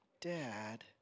Dad